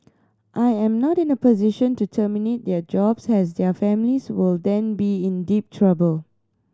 I am not in a position to terminate their jobs as their families will then be in deep trouble